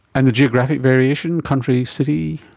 and the geographic variation country, city,